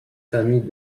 familles